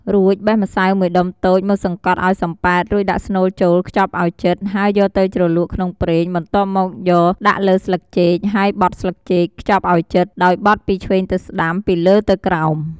រួចបេះម្សៅមួយដុំតូចមកសង្កត់ឱ្យសំប៉ែត រួចដាក់ស្នូលចូលខ្ចប់ឱ្យជិត ហើយយកទៅជ្រលក់ក្នុងប្រេង បន្ទាប់មកយកដាក់លើស្លឹកចេកហើយបត់ស្លឹកចេកខ្ចប់ឱ្យជិត ដោយបត់ពីឆ្វេងទៅស្តាំ ពីលើទៅក្រោម។